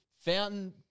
Fountain